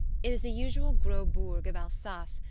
it is the usual gros bourg of alsace,